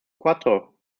cuatro